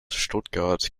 stuttgart